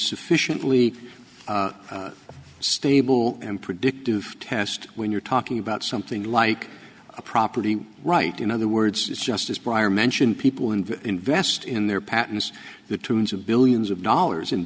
sufficiently stable and predictive test when you're talking about something like a property right in other words is just as brian mentioned people and invest in their patents the tunes of billions of dollars